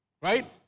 Right